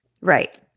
Right